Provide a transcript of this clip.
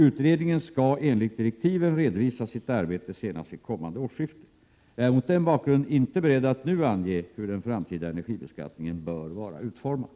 Utredningen skall enligt direktiven redovisa sitt arbete senast vid kommande årsskifte. Jag är mot denna bakgrund inte beredd att nu ange hur den framtida energibeskattningen bör vara utformad.